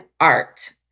art